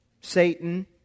Satan